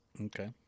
Okay